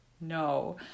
no